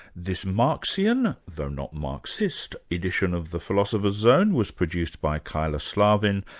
this marxian, though not marxist, edition of the philosophers zone, was produced by kyla slaven.